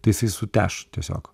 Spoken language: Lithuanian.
tai jisai suteš tiesiog